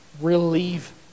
relieve